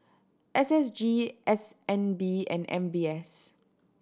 S S G S N B and M B S